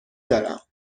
دارم